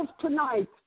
tonight